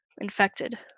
infected